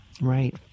Right